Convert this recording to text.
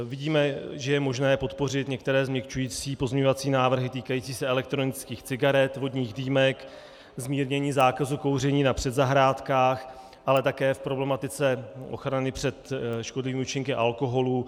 Vidíme, že je možné podpořit některé změkčující pozměňovací návrhy týkající se elektronických cigaret, vodních dýmek, zmírnění zákazu kouření na předzahrádkách, ale také v problematice ochrany před škodlivými účinky alkoholu.